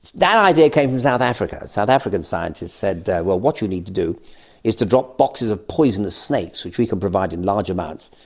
that idea came from south africa. south african scientists said, well, what you need to do is to drop boxes of poisonous snakes, which we can provide in large amounts,